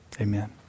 amen